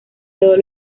todos